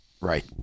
Right